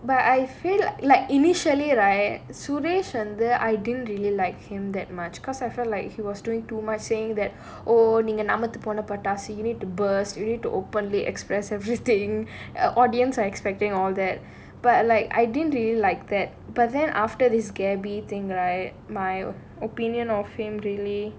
but I feel like initially right suresh வந்து:vanthu I didn't really like him that much because I feel like he was doing to my saying that oh நீங்க நமுத்து போன பட்டாசு:neenga namuthu pona pattaasu you need to burst you need to openly express everything the audience are expecting all that but like I didn't really like that but then after this gabby thing right my opinion of him really